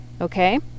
Okay